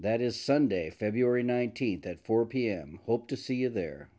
that is sunday february nineteenth at four pm hope to see you there